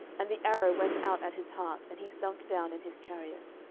and the arrow went out at his heart, and he sunk down in his chariot.